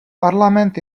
parlament